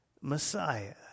Messiah